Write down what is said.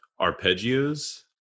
Arpeggios